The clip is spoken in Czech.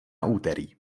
úterý